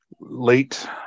late